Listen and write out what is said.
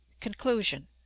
Conclusion